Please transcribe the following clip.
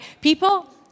people